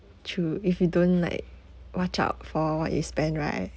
true if you don't like watch out for what you spend right